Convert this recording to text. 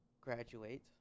graduate